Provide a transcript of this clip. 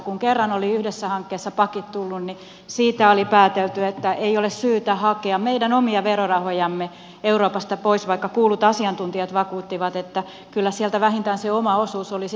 kun kerran oli yhdessä hankkeessa pakit tullut niin siitä oli päätelty että ei ole syytä hakea meidän omia verorahojamme euroopasta pois vaikka kuullut asiantuntijat vakuuttivat että kyllä sieltä vähintään se oma osuus olisi saatavissa